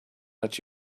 let